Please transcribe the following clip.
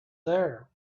there